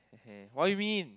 what you mean